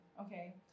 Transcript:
Okay